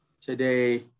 today